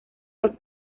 los